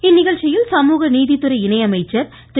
இந்நிகழ்ச்சியில் சமூக நீதித்துறை இணை அமைச்சர் திரு